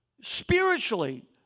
spiritually